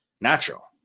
natural